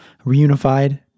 reunified